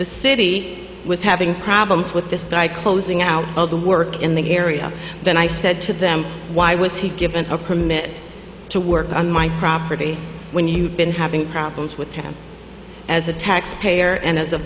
the city was having problems with the closing out of the work in the area and i said to them why was he given a permit to work on my property when you've been having problems with him as a taxpayer and as a